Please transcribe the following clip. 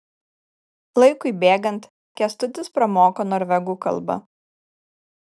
laikui bėgant kęstutis pramoko norvegų kalbą